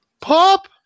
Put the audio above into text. pop